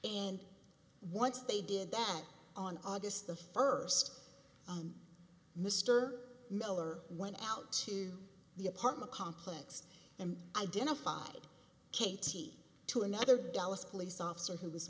and once they did that on august the first mr miller went out to the apartment complex and identified katie to another dallas police officer who was